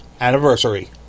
anniversary